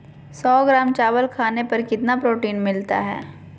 सौ ग्राम चावल खाने पर कितना प्रोटीन मिलना हैय?